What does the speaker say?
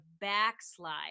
backslide